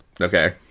Okay